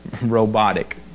robotic